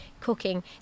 cooking